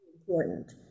important